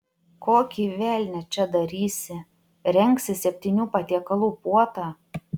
kokį velnią čia darysi rengsi septynių patiekalų puotą